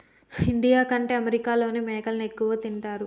India కంటే అమెరికాలోనే మేకలని ఎక్కువ తింటారు